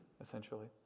essentially